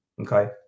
Okay